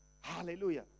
Hallelujah